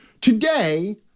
Today